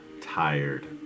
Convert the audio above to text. tired